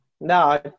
no